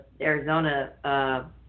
Arizona